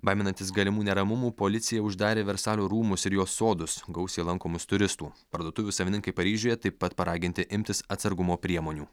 baiminantis galimų neramumų policija uždarė versalio rūmus ir jo sodus gausiai lankomus turistų parduotuvių savininkai paryžiuje taip pat paraginti imtis atsargumo priemonių